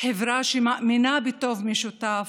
חברה שמאמינה בטוב משותף.